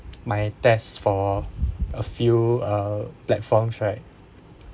my tests for a few uh platforms right